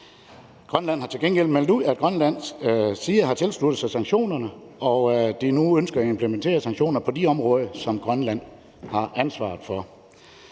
Grønland har til gengæld meldt ud, at Grønlands styre har tilsluttet sig sanktionerne, og at de nu ønsker at implementere sanktioner på de områder, som Grønland har ansvaret for.